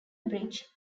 bridge